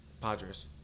Padres